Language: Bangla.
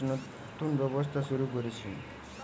স্যার আমি একটি নতুন ব্যবসা শুরু করেছি?